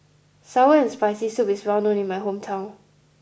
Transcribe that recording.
Sour and Spicy Soup is well known in my hometown